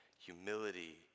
humility